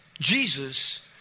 Jesus